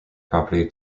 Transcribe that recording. property